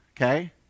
Okay